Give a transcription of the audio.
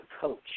coach